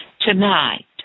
Tonight